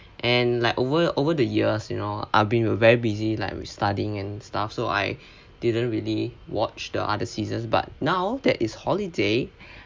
and like over over the years you know I've been very busy like we studying and stuff so I didn't really watch the other seasons but now that it's holiday